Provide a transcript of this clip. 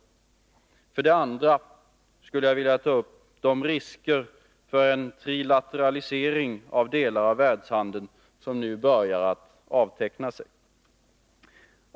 För det andra vill jag beröra de risker för en trilateralisering av delar av världshandeln som nu börjar avteckna sig.